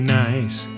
nice